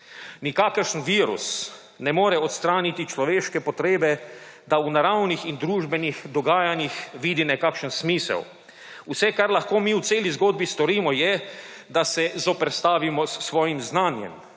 Nikakršni virus ne more odstraniti človeške potrebe, da v naravnih in družbenih dogajanjih vidi nekakšen smisel. Vse, kar lahko mi v celi zgodbi storimo je, da se zoperstavimo svojim znanjem